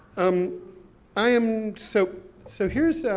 um i am, so, so here's, so